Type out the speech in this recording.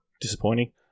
Disappointing